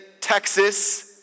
Texas